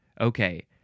okay